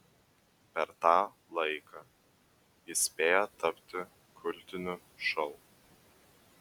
per tą laiką jis spėjo tapti kultiniu šou